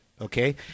Okay